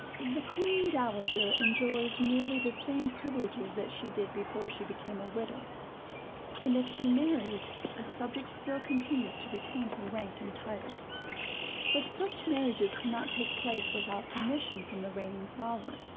the queen dowager enjoys nearly the same privileges that she did before she became a widow and if she marries a subject still continues to retain her rank and title but such marriages cannot take place without permission from the reigning sovereign.